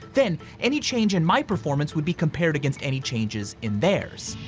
then any change in my performance would be compared against any changes in theirs.